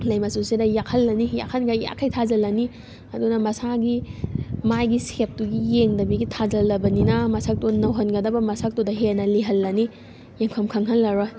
ꯂꯩ ꯃꯆꯨꯁꯤꯅ ꯌꯥꯛꯍꯜꯂꯅꯤ ꯌꯥꯛꯍꯟꯒꯩ ꯌꯥꯛꯈꯩ ꯊꯥꯖꯜꯂꯅꯤ ꯑꯗꯨꯅ ꯃꯁꯥꯒꯤ ꯃꯥꯏꯒꯤ ꯁꯦꯞꯇꯨꯒꯤ ꯌꯦꯡꯗꯕꯤꯒꯤ ꯊꯥꯖꯜꯂꯕꯅꯤꯅ ꯃꯁꯛꯇꯣ ꯅꯧꯍꯟꯒꯗꯕ ꯃꯁꯛꯇꯨꯗ ꯍꯦꯟꯅ ꯂꯤꯍꯜꯂꯅꯤ ꯌꯦꯡꯐꯝ ꯈꯪꯍꯜꯂꯔꯣꯏ